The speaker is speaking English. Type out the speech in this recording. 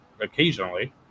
occasionally